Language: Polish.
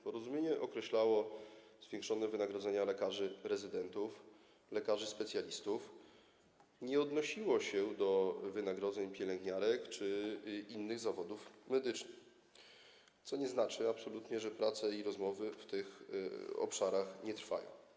Porozumienie określało zwiększone wynagrodzenia lekarzy rezydentów, lekarzy specjalistów, nie odnosiło się do wynagrodzeń pielęgniarek czy innych zawodów medycznych, co nie znaczy absolutnie, że praca i rozmowy w tych obszarach nie trwają.